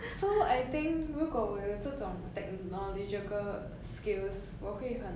so I think 如果我有这种 technological skills 我会很